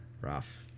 rough